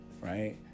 right